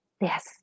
Yes